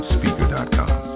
Speaker.com